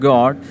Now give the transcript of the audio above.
God